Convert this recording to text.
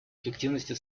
эффективности